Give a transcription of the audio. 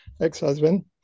ex-husband